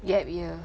gap year